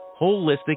holistic